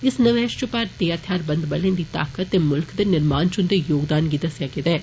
इस नमैष च भारतीय हथियारबंद बलें दी ताकत ते मुल्खै दे निर्माण च उन्दे योगदान गी दस्सेआ गेदा ऐ